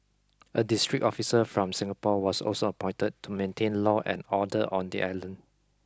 a district officer from Singapore was also appointed to maintain law and order on the island